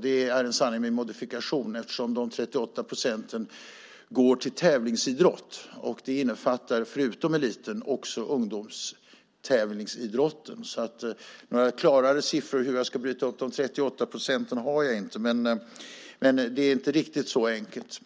Det är en sanning med modifikation, eftersom de 38 procenten går till tävlingsidrott. Det innefattar förutom eliten också ungdomstävlingsidrotten. Jag har inte några klara siffror på hur de 38 procenten ska brytas upp, men det är inte riktigt så enkelt.